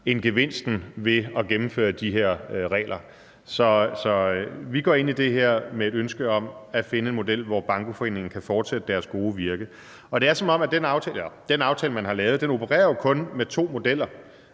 end gevinsten ved at gennemføre de her regler vil være. Så vi går ind i det her med et ønske om at finde en model, hvor bankoforeningerne kan fortsætte deres gode virke. Den aftale, man har lavet, opererer jo kun med to modeller.